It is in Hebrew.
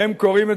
והם קוראים זאת: